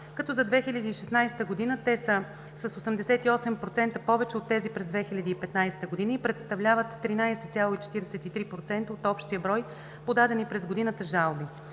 като за 2016 г. те са с 88 % повече от тези през 2015 г. и представляват 13,43 % от общия брой подадени през годината жалби.